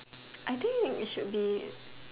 I think it should be